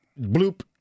bloop